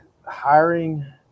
Hiring